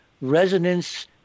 resonance